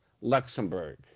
Luxembourg